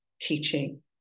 teaching